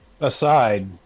aside